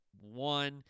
one